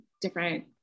different